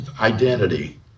Identity